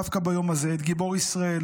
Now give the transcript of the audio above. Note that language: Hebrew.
דווקא ביום הזה, את גיבור ישראל